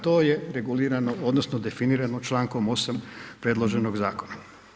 To je regulirano odnosno definirano čl. 8 predloženog zakona.